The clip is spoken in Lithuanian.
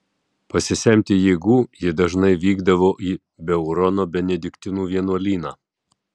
pasisemti jėgų ji dažnai vykdavo į beurono benediktinų vienuolyną